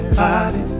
body